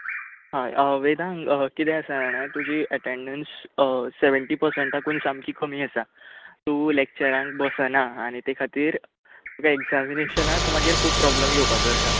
हय वेदांग कितें आसा जाणा तुजी एटँडंस सेव्हन्टी पर्संटाकून सामकी कमी आसा तूं लॅक्चरांक बसना आनी तुका एक्सामिनेशाक मागीर खूब प्रोबलम येवपाचो आसा